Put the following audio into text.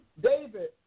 David